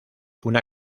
una